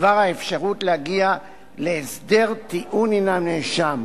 בדבר האפשרות להגיע להסדר טיעון עם הנאשם.